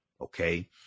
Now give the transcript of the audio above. Okay